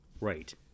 Right